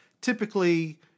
typically